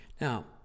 Now